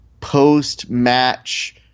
post-match